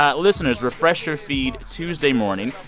ah listeners, refresh your feed tuesday morning.